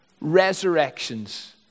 resurrections